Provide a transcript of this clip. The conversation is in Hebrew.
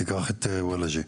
תיקח את וולאג'ה,